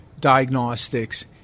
diagnostics